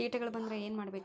ಕೇಟಗಳ ಬಂದ್ರ ಏನ್ ಮಾಡ್ಬೇಕ್?